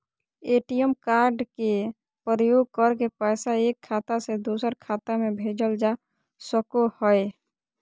ATM card के प्रयोग करके पैसा एक खाता से दोसर खाता में भेजल जा सको हय